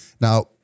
Now